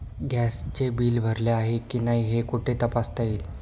गॅसचे बिल भरले आहे की नाही हे कुठे तपासता येईल?